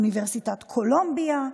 מאוניברסיטת קולומביה,